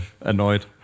annoyed